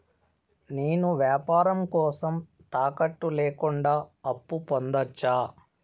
నేను వ్యాపారం కోసం తాకట్టు లేకుండా అప్పు పొందొచ్చా?